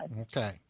okay